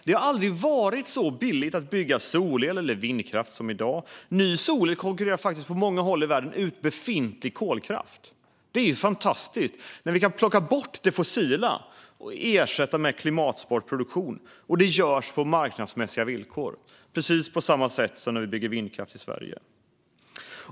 Det har aldrig varit så billigt att bygga solel eller vindkraft som i dag. Ny solel konkurrerar faktiskt på många håll i världen ut befintlig kolkraft. Det är fantastiskt när vi kan plocka bort det fossila och ersätta det med klimatsmart produktion på marknadsmässiga villkor, precis på samma sätt som när vi bygger vindkraft i Sverige.